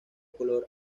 color